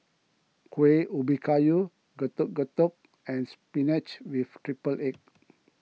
Kueh Ubi Kayu Getuk Getuk and Spinach with Triple Egg